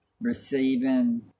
receiving